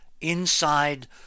inside